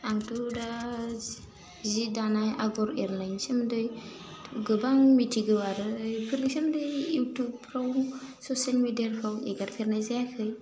आंथ' दा जि जि दानाय आगर एरनायनि सोमोन्दै गोबां मिथिगौ आरो बेफोरनि सोमोन्दै इउटुबफ्राव ससेल मेडियाफ्राव एगारफेरनाय जायाखै